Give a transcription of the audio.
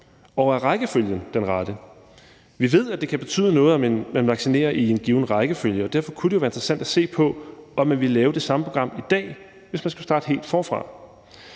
og er rækkefølgen den rette? Vi ved, at det kan betyde noget, om man vaccinerer i en given rækkefølge, og derfor kunne det jo være interessant at se på, om man ville lave det samme program i dag, hvis man skulle starte helt forfra.